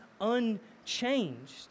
unchanged